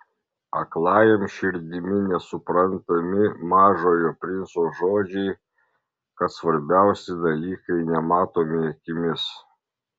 aklajam širdimi nesuprantami mažojo princo žodžiai kad svarbiausi dalykai nematomi akimis